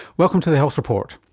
welcome to the health report.